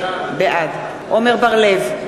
בעד עמר בר-לב,